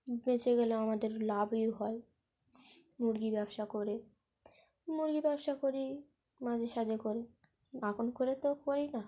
বেঁচে গেলে আমাদের লাভই হয় মুরগির ব্যবসা করে মুরগি ব্যবসা করি মাঝে সাঝে করে এখন করে তো করি না